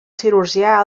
cirurgià